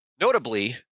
notably